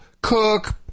Cook